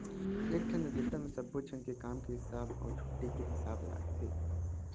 एकठन रजिस्टर म सब्बो झन के काम के हिसाब, छुट्टी के हिसाब राखथे